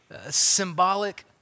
symbolic